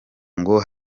ngo